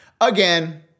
Again